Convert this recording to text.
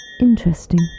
Interesting